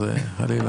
חלילה,